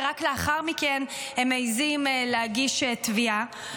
ורק לאחר מכן הם מעיזים להגיש תביעה.